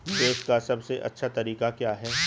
निवेश का सबसे अच्छा तरीका क्या है?